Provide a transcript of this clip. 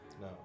No